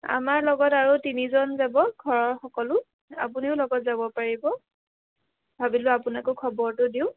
আমাৰ লগত আৰু তিনিজন যাব ঘৰৰ সকলো আপুনিও লগত যাব পাৰিব ভাবিলোঁ আপোনাকো খবৰটো দিওঁ